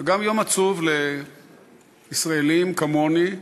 וגם יום עצוב לישראלים כמוני,